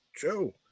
Joe